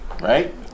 right